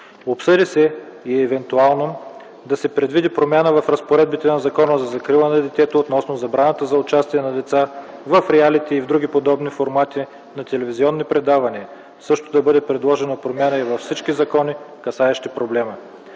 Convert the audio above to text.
Обсъди се и евентуално да се предвиди промяна на разпоредбите в Закона за закрила на детето, относно забраната за участието на деца в реалити и в други подобни формати на телевизионни предавания, също да бъде предложена промяна и във всички закони, касаещи проблема.